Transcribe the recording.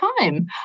time